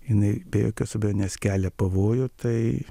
jinai be jokios abejonės kelia pavojų tai